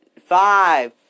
five